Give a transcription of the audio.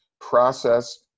process